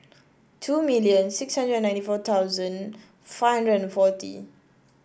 two million six hundred and ninety four thousand five hundred and forty